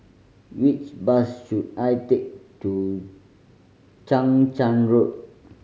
which bus should I take to Chang Charn Road